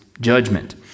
judgment